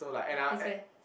freeze where